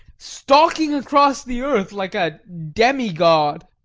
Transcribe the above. stalking across the earth like a demi-god!